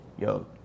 yo